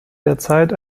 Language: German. derzeit